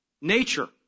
nature